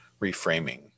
reframing